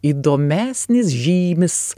įdomesnis žymis